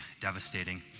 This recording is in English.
devastating